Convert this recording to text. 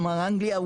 כלומר אנגליה,